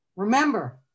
Remember